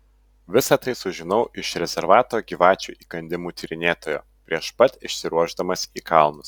visa tai sužinau iš rezervato gyvačių įkandimų tyrinėtojo prieš pat išsiruošdamas į kalnus